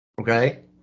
okay